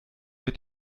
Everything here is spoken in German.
mit